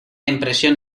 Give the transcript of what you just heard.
impresión